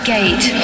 Gate